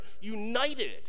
united